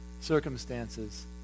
circumstances